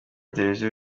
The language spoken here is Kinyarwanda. televiziyo